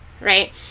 right